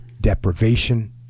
deprivation